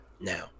now